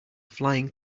flying